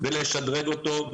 ולשדרג אותו,